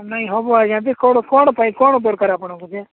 ନାଇଁ ହେବ ଆଜ୍ଞା ଯେ କ'ଣ କ'ଣ ପାଇଁ କ'ଣ ଦରକାର ଆପଣଙ୍କୁ ଯେ